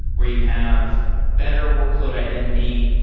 where you have better workload identity,